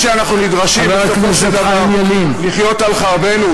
זה שאנחנו נדרשים בסופו של דבר לחיות על חרבנו,